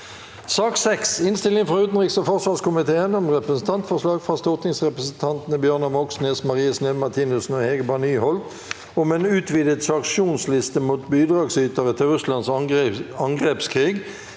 Innstilling fra utenriks- og forsvarskomiteen om Representantforslag fra stortingsrepresentantene Bjør- nar Moxnes, Marie Sneve Martinussen og Hege Bae Nyholt om en utvidet sanksjonsliste mot bidragsytere til Russlands angrepskrig